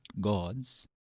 gods